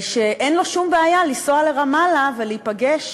שאין לו שום בעיה לנסוע לרמאללה ולהיפגש